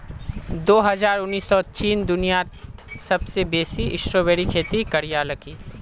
दो हजार उन्नीसत चीन दुनियात सबसे बेसी स्ट्रॉबेरीर खेती करयालकी